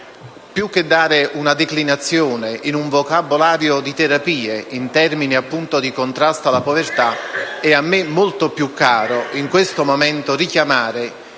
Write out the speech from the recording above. Più che dare una declinazione, in un vocabolario di terapie, in termini di contrasto alla povertà, è a me molto più caro in questo momento richiamare